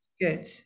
Good